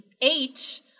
eight